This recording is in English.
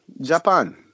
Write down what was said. Japan